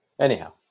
Anyhow